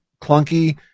clunky